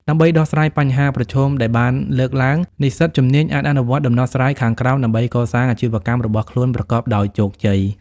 ដើម្បីដោះស្រាយបញ្ហាប្រឈមដែលបានលើកឡើង និស្សិតជំនាញអាចអនុវត្តដំណោះស្រាយខាងក្រោមដើម្បីកសាងអាជីវកម្មរបស់ខ្លួនប្រកបដោយជោគជ័យ។